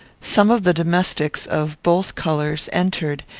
some of the domestics, of both colours, entered,